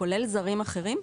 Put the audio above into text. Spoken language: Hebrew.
כולל זרים אחרים?